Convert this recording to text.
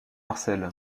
marcel